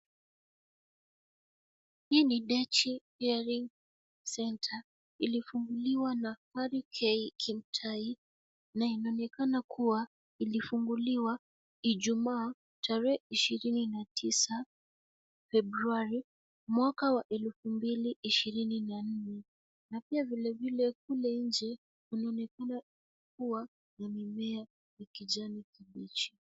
Hii ni Dechi hearing centre iliyofunguliwa na Harry K Kimtai na inaonekana kuwa ilifunguliwa Ijumaa, tarehe ishirini na tisa Februari, mwaka wa elfu mbili ishirini na nne na pia vile vile kule nje, kunaonekana kuwa na mimea ya kijani kibichi.